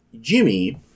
Jimmy